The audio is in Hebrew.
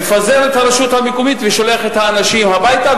מפזר את הרשות המקומית ושולח את האנשים הביתה,